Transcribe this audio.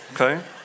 Okay